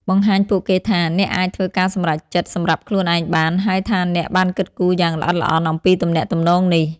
បង្ហាញពួកគេថា អ្នកអាចធ្វើការសម្រេចចិត្តសម្រាប់ខ្លួនឯងបាន ហើយថាអ្នកបានគិតគូរយ៉ាងល្អិតល្អន់អំពីទំនាក់ទំនងនេះ។